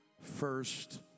first